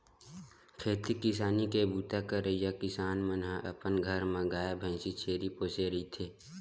खेती किसानी के बूता करइया किसान मन ह अपन घर म गाय, भइसी, छेरी पोसे रहिथे